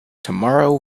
tomorrow